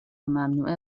ممنوعه